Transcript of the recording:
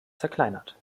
zerkleinert